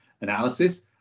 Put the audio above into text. analysis